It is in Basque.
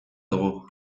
dugu